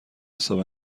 حساب